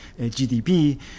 GDP